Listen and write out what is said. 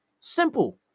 Simple